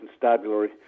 constabulary